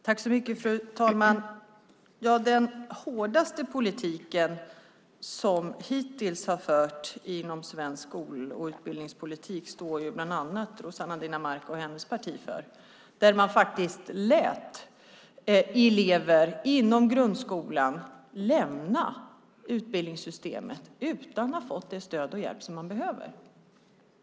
Fru talman! Den hårdaste politik som hittills har förts inom svensk skol och utbildningspolitik står bland annat Rossana Dinamarca och hennes parti för. Man lät elever inom grundskolan lämna utbildningssystemet utan att de fått det stöd och den hjälp de behövde.